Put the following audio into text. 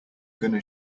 gonna